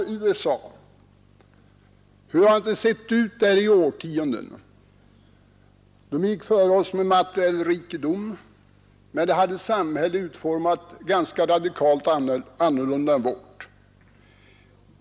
Hur har det inte sett ut där i årtionden. USA gick före oss med materiell rikedom, men dess samhälle var utformat ganska radikalt olika vårt.